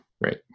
right